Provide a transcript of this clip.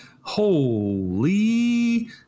Holy